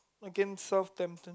against Southampton